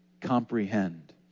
comprehend